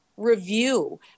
review